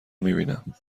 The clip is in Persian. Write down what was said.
میبینم